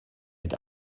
mit